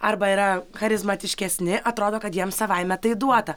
arba yra charizmatiškesni atrodo kad jiem savaime tai duota